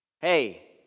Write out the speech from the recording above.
hey